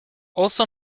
also